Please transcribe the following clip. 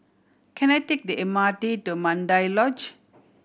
can I take the M R T to Mandai Lodge